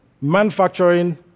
manufacturing